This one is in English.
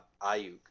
Ayuk